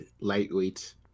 lightweight